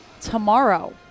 tomorrow